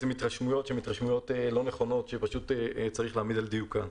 והתרשמויות שהן לא נכונות וצריך להעמיד אותן על דיוקן.